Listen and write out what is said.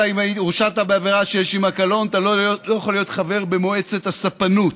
אם הורשעת בעבירה שיש עימה קלון אתה לא יכול להיות חבר במועצת הספנות,